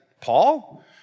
Paul